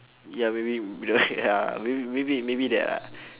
ya maybe will be the maybe maybe that ah